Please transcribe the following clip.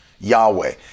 Yahweh